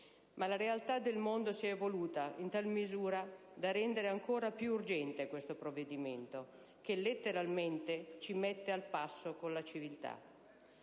ma la realtà del mondo si è evoluta in tal misura da rendere ancora più urgente questo provvedimento che, letteralmente, ci mette al passo con la civiltà.